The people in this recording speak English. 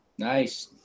Nice